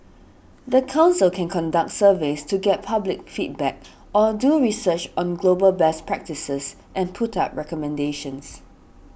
the council can conduct surveys to get public feedback or do research on global best practices and put up recommendations